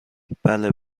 بله